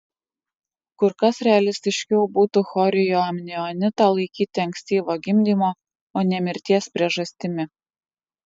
kur kas realistiškiau būtų chorioamnionitą laikyti ankstyvo gimdymo o ne mirties priežastimi